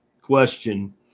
question